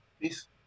Peace